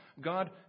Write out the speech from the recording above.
God